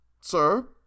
sir